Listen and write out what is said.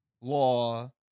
law